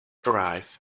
arrive